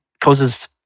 causes